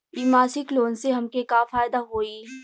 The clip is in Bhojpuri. इ मासिक लोन से हमके का फायदा होई?